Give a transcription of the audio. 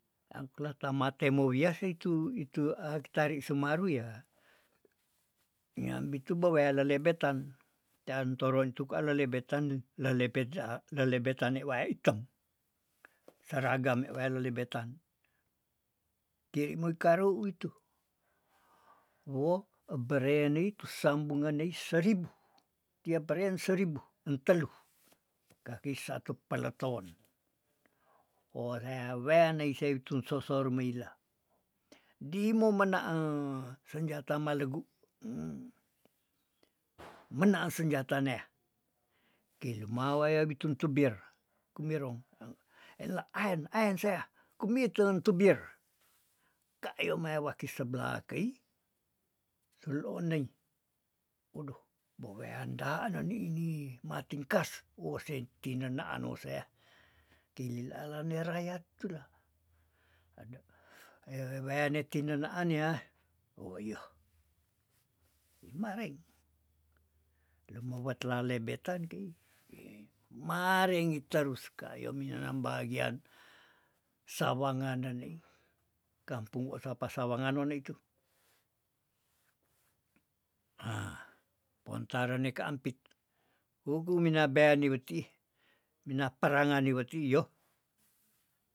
Angkla tama temou wia sei tu itu eh tari semaru yah nyambitu beweleale lebetan jan toron itu kwa lelebetan lelebetja lelebetan wae iteng seragam ne weleale lebetan, keri moi karou uitu, woh eberenei tu sambungan nei seribuh, kiapa reen seribuh entelu kakei satu peleton oleah weanei sewitun sosor meila di mo menaang senjata malegu em menaan senjata neah, kei luma waya bitun tubir kumberong ela aen- aen seah kumiten tubir kayo mae waki seblah kei suluun nei odoh bewean daan neni inie matingkas wose tinenaan woseah kei lila nerayat tulah aduh eweweane tinenaan yah ohiyo kimareng lo mo batela lebetan kei hi marenge terus kayo minanang bagian sawangan nenei kampung ko sapa sawangan none itu, hah pontarene ka ampit gugu mina beani wetiih mina perangan niweti iyoh.